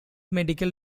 medical